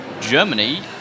Germany